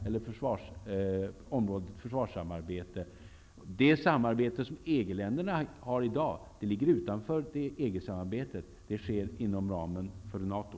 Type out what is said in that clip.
Det försvarsssamarbete som EG-länderna har i dag ligger utanför EG-samarbetet. Det sker inom ramen för NATO.